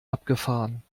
abgefahren